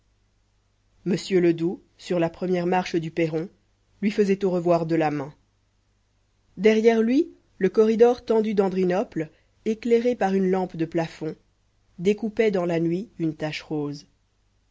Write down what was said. m ledoux sur la première marche du perron lui faisait au revoir de la main derrière lui le corridor tendu d'andrinople éclairé par une lampe de plafond découpait dans la nuit une tache rose